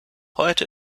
heute